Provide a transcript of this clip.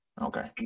Okay